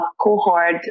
cohort